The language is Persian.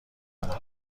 دارم